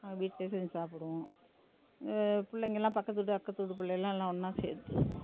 நாங்கள் வீட்லேயே செஞ்சு சாப்பிடுவோம் புள்ளைங்க எல்லாம் பக்கத்துவீடு அக்கத்து வீட்டு பிள்ளை எல்லாம் எல்லாம் ஒன்னாக சேர்த்து